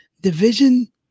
Division